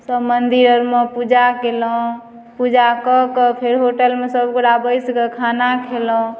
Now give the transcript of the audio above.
सब मन्दिर अरमे पूजा कयलहुँ पूजा कऽ कऽ फेर होटलमे सब गोटा बसि कऽ खाना खेलहुँ